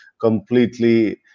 completely